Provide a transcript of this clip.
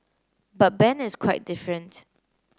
but Ben is quite different